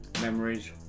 memories